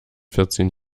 vierzehn